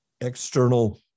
external